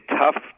tough